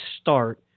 start